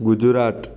Gujarat